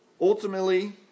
Ultimately